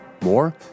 More